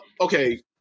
Okay